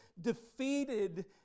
defeated